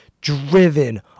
driven